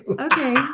Okay